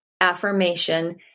affirmation